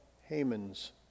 Haman's